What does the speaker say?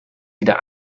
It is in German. wieder